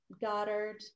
goddard